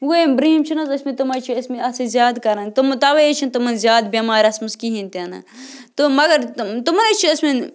وۄنۍ یِم برُہِم چھِنہٕ حظ ٲسۍمٕتۍ تِم حظ چھِ ٲسۍمٕتۍ اَتھ سۭتۍ زیادٕ کَران تِم تَوَے حظ چھِنہٕ تِمَن زیادٕ بٮ۪مارِ آسمَژ کِہیٖنۍ تہِ نہٕ تہٕ مگر تِم تِمَن حظ چھِ ٲسۍمٕتۍ